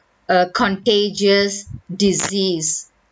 a contagious disease